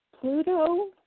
Pluto